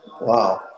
Wow